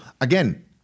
again